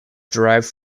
derived